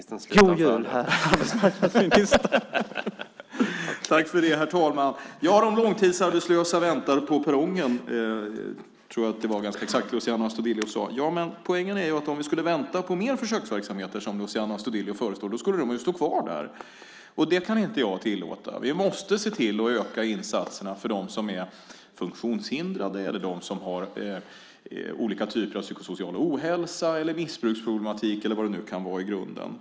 Herr talman! Ja, de långtidsarbetslösa väntar på perrongen. Jag tror att det ganska exakt är vad Luciano Astudillo sade. Men poängen är att de arbetslösa, om vi skulle vänta på mer försöksverksamheter, som Luciano Astudillo föreslår, skulle stå kvar där på perrongen. Det kan inte jag tillåta. Vi måste se till att öka insatserna för dem som är funktionshindrade och för dem med olika typer av psykosocial ohälsa, med en missbruksproblematik eller vad som nu kan vara i grunden.